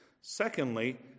Secondly